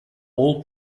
oil